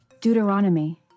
Deuteronomy